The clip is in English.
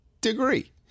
degree